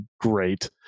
great